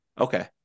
Okay